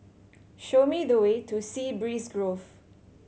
show me the way to Sea Breeze Grove